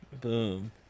Boom